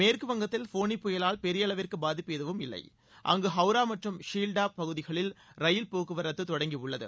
மேற்குவங்கத்தில் ஃபோனி புயலால் பெரிய அளவிற்கு பாதிப்பு எதுவும் இல்லை அங்கு ஹவுரா மற்றும் ஷீல்டா பகுதிகளில் ரயில் போக்குவரத்து தொடங்கிஉள்ளது